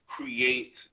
create